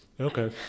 okay